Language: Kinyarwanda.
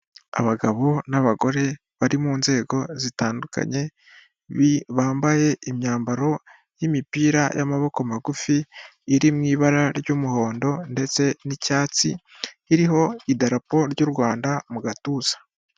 Abagabo n'abagore bari mu nzego zitandukanye, bambaye imyambaro y'imipira y'amaboko magufi, iri mu ibara ry'umuhondo ndetse n'icyatsi, iririho idarapo ry'u Rwanda mu gatuza.